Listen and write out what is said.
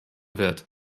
wird